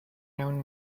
known